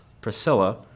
Priscilla